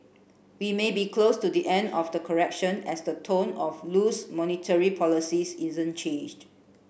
we may be close to the end of the correction as the tone of loose monetary policies isn't changed